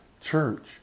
church